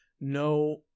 no